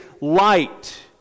light